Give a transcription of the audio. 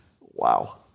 Wow